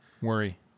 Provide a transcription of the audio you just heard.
Worry